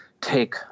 take